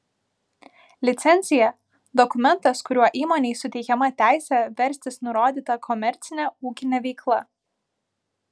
licencija dokumentas kuriuo įmonei suteikiama teisė verstis nurodyta komercine ūkine veikla